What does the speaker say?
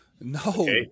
No